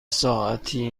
ساعتی